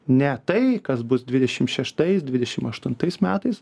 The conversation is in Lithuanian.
ne tai kas bus dvidešim šeštais dvidešim aštuntais metais